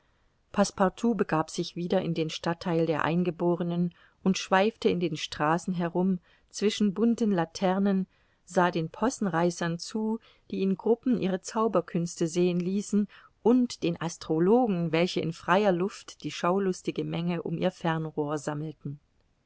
begab sich wieder in den stadttheil der eingeborenen und schweifte in den straßen herum zwischen bunten laternen sah den possenreißern zu die in gruppen ihre zauberkünste sehen ließen und den astrologen welche in freier luft die schaulustige menge um ihr fernrohr sammelten